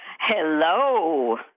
Hello